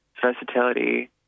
versatility